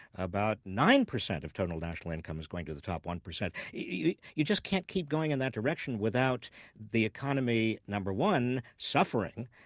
about nine percent of total national income's going to the top one percent. you you just can't keep going in that direction without the economy, number one, suffering.